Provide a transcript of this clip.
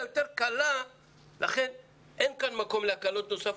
יותר קלה לכן אין כאן מקום להקלות נוספות,